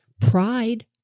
pride